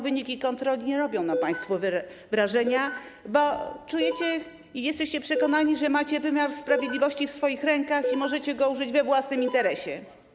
Wyniki kontroli nie robią na państwu wrażenia, bo czujecie i jesteście przekonani, że macie wymiar sprawiedliwości w swoich rękach i możecie go użyć we własnym interesie.